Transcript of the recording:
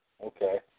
Okay